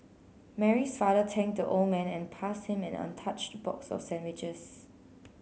Mary's father thanked the old man and passed him an untouched box of sandwiches